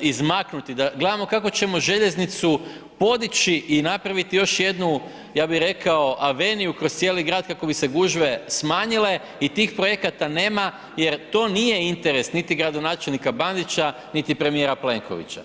izmaknuti, gledamo kako ćemo željeznicu podići i napraviti još jednu, ja bih rekao aveniju kroz cijeli grad kako bi se gužve smanjile i tih projekata nema jer to nije interes niti gradonačelnika Bandića, niti premijera Plenkovića.